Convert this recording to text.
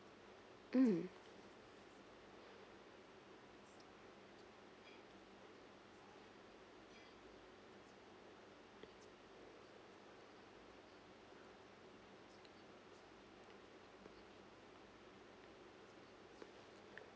mm